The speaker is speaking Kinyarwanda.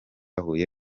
huye